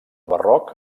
barroc